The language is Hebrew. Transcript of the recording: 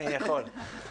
אני יכול...